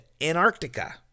Antarctica